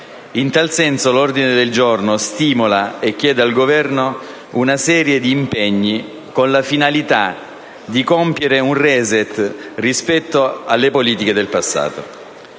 In tal senso l'ordine del giorno stimola il Governo e gli chiede una serie di impegni con la finalità di compiere un *reset* rispetto alle politiche del passato.